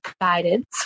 guidance